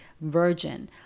virgin